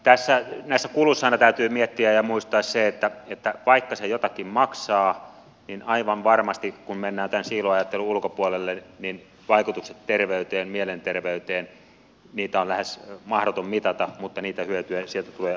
näissä kuluissa aina täytyy miettiä ja muistaa se että vaikka se jotakin maksaa niin aivan varmasti kun mennään tämän siiloajattelun ulkopuolelle vaikutuksia terveyteen mielenterveyteen on lähes mahdoton mitata mutta niitä hyötyjä sieltä tulee aivan varmasti